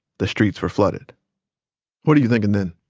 the streets were flooded what are you thinking then?